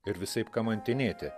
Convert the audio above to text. ir visaip kamantinėti